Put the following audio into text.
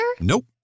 Nope